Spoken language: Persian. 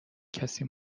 کسی